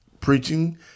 preaching